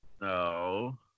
No